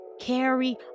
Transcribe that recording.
carry